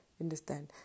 understand